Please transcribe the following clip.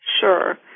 Sure